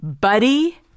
buddy